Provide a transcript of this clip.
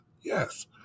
yes